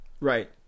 Right